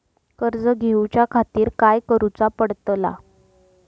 कर्ज घेऊच्या खातीर काय करुचा पडतला?